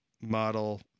model